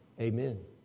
Amen